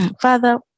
father